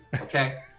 Okay